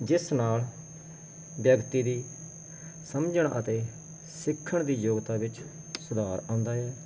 ਜਿਸ ਨਾਲ ਵਿਅਕਤੀ ਦੀ ਸਮਝਣ ਅਤੇ ਸਿੱਖਣ ਦੀ ਯੋਗਤਾ ਵਿੱਚ ਸੁਧਾਰ ਆਉਂਦਾ ਹੈ